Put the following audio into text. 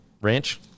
ranch